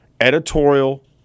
editorial